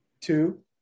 two